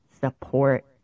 support